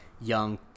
young